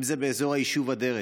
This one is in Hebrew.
אם זה באזור היישוב אדרת,